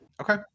Okay